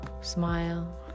smile